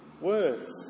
words